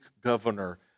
governor